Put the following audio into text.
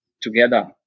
together